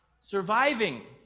surviving